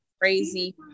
crazy